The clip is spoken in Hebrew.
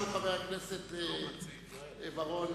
חבר הכנסת בר-און,